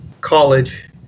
college